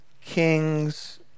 Kings